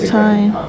time